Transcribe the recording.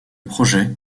projet